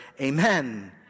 Amen